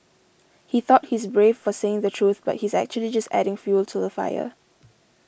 he thought he's brave for saying the truth but he's actually just adding fuel to the fire